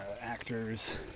actors